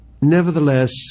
Nevertheless